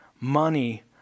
money